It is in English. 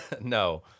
no